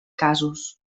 casos